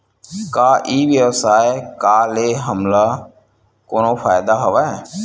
का ई व्यवसाय का ले हमला कोनो फ़ायदा हवय?